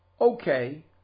okay